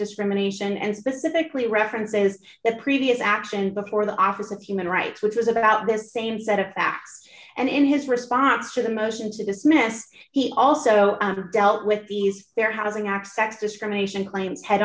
discrimination and specifically references the previous action before the office of human rights which was about the same set of facts and in his response to the motion to dismiss he also dealt with these their housing x x discrimination claims head